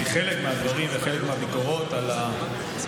זה עלוב, עלוב.